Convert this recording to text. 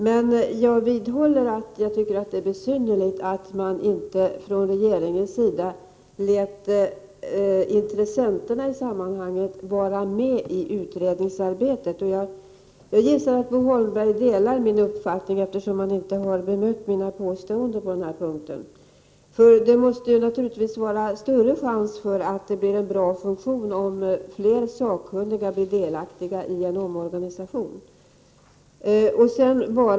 Men jag vidhåller att jag tycker det är besynnerligt att inte regeringen lät intressenterna i sammanhanget vara med i utredningsarbetet. Jag gissar att Bo Holmberg delar min uppfattning, eftersom han inte bemött mina påståenden på denna punkt. Det blir naturligtvis större chans att få en bra funktion om fler blir delaktiga i en omorganisation.